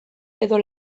edo